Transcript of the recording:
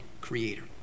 creator